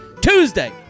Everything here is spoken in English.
Tuesday